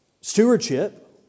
Stewardship